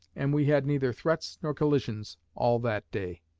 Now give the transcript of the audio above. and we had neither threats nor collisions all that day.